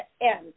end